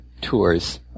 Tours